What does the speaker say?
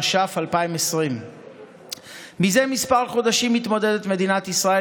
התש"ף 2020. זה כמה חודשים מתמודדת מדינת ישראל,